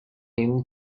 him